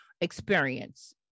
experience